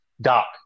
Doc